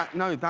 no,